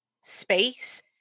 space